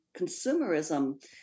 consumerism